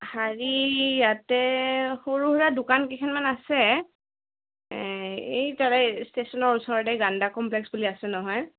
শাৰী ইয়াতে সৰু সুৰা দোকান কেইখনমান আছে এই তাৰে ষ্টেচনৰ ওচৰতে গাণ্ডা কমপ্লেক্স বুলি আছে নহয়